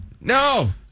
no